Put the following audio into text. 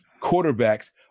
quarterbacks